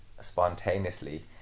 spontaneously